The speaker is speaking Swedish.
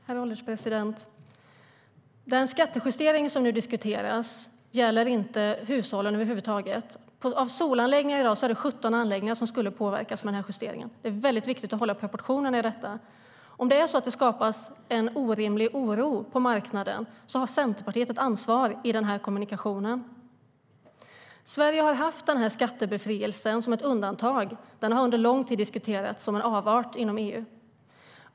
Herr ålderspresident! Den skattejustering som nu diskuteras gäller inte hushållen över huvud taget. I dag är det 17 solanläggningar som skulle påverkas av justeringen. Det är väldigt viktigt att behålla proportionerna. Om det skapas en orimlig oro på marknaden har Centerpartiet ett ansvar för det genom sin kommunikation. Sverige har haft den här skattebefrielsen som ett undantag. Den har under lång tid diskuterats som en avart inom EU.